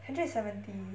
hundred and seventy